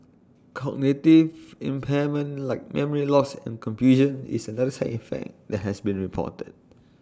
cognitive impairment like memory loss and confusion is another side effect that has been reported